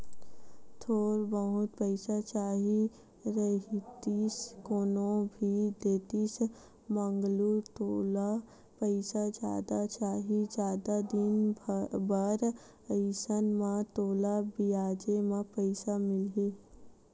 थोर बहुत पइसा चाही रहितिस कोनो भी देतिस मंगलू तोला पइसा जादा चाही, जादा दिन बर अइसन म तोला बियाजे म पइसा मिलही